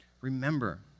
Remember